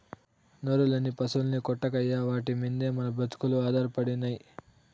నోరులేని పశుల్ని కొట్టకయ్యా వాటి మిందే మన బ్రతుకులు ఆధారపడినై